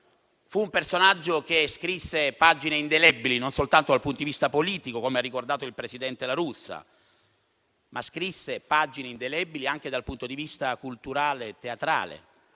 Fu un personaggio eclettico, che scrisse pagine indelebili non soltanto dal punto di vista politico, come ha ricordato il presidente La Russa, ma anche dal punto di vista culturale e teatrale.